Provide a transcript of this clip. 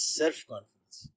self-confidence